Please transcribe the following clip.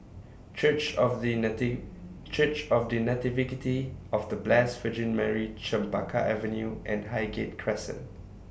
Church of The Nati Church of The of The Blessed Virgin Mary Chempaka Avenue and Highgate Crescent